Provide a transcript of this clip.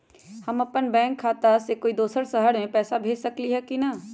हम अपन बैंक खाता से कोई दोसर शहर में पैसा भेज सकली ह की न?